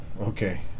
okay